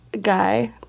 guy